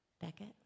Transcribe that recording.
Beckett